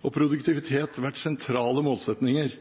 og produktivitet vært sentrale målsettinger,